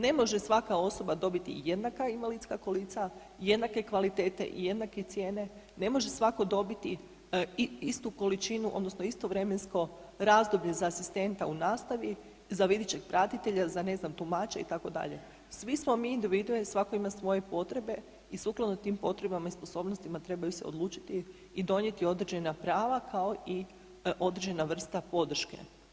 Ne može svaka osoba dobiti jednaka invalidska kolica, jednake kvalitete i jednake cijene, ne može svako dobiti istu količinu odnosno isto vremensko razdoblje za asistenta u nastavi za videćeg pratitelja, za ne znam tumača itd., svi smo mi individue, svako ima svoje potrebe i sukladno tim potrebama i sposobnostima trebaju se odlučiti i donijeti određena prava kao i određena vrsta podrške.